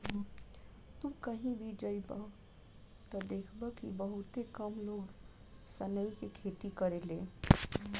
तू कही भी जइब त देखब कि बहुते कम लोग सनई के खेती करेले